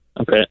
Okay